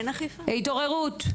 נציגי "התעוררות"